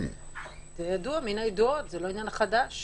זה מן הידועות, זה לא עניין חדש.